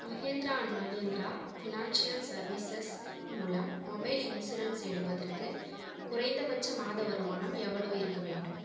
Mahindra and Mahindra financial services மூலம் mobile insurance எடுப்பதற்கு குறைந்தபட்ச மாத வருமானம் எவ்வளவு இருக்க வேண்டும்